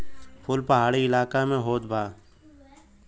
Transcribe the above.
फूल पहाड़ी इलाका में होत बा